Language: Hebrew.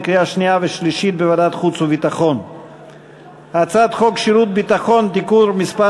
על הצעת חוק שירות ביטחון (תיקון מס'